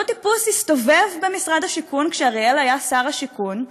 אותו טיפוס הסתובב במשרד השיכון כשאריאל היה שר השיכון,